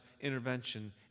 intervention